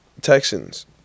Texans